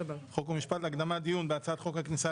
חוק ומשפט להקדמת דיון בהצעת חוק הכניסה